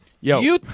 Yo